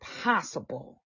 possible